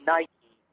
Nike